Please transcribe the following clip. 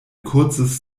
kurzes